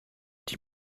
die